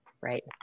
Right